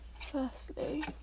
Firstly